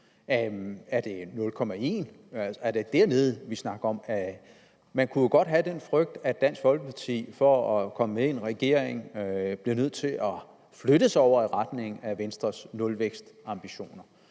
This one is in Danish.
vi om, at det er dernede? Man kunne jo godt have den frygt, at Dansk Folkeparti for at komme med i en regering bliver nødt til at flytte sig over i retning af Venstres nulvækstambitioner.